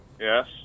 Yes